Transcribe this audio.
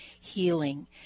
healing